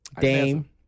Dame